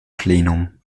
plenum